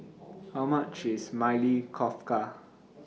How much IS Maili Kofta